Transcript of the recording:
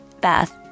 bath